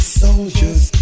soldiers